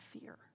fear